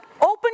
open